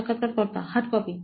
সাক্ষাৎকারকর্তা hard copy